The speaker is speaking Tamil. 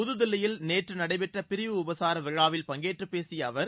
புதுதில்லியில் நேற்று நடைபெற்ற பிரிவு உபசார விழாவில் பங்கேற்று பேசிய அவர்